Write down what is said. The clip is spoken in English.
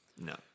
No